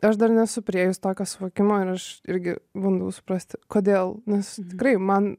aš dar nesu priėjus tokio suvokimo ir aš irgi bandau suprasti kodėl nes tikrai man